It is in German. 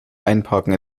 einparken